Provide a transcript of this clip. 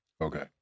Okay